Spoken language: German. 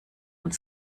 und